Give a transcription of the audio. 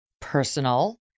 personal